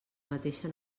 mateixa